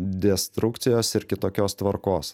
destrukcijos ir kitokios tvarkos